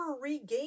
regain